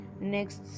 next